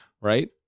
right